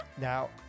Now